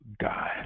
guy